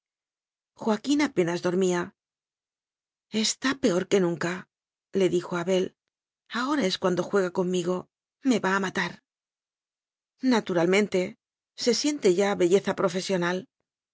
joaquín apenas dormía está peor que nuncale dijo a abel ahora es cuando juega conmigo me va a matar naturalmente se siente ya belleza